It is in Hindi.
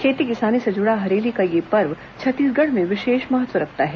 खेती किसानी से जुड़ा हरेली का यह पर्व छत्तीसगढ़ में विशेष महत्व रखता है